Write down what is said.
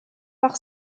par